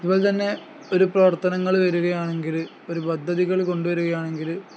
അതുപോലെ തന്നെ ഒരു പ്രവർത്തനങ്ങള് വരികയാണെങ്കില് ഒരു പദ്ധതികള് കൊണ്ടുവരികയാണെങ്കില്